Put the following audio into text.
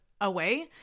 away